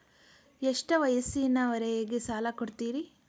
ಎಷ್ಟ ವಯಸ್ಸಿನವರಿಗೆ ಸಾಲ ಕೊಡ್ತಿರಿ?